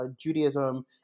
Judaism